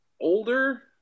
older